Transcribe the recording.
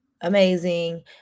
amazing